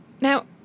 Now